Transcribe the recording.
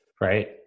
right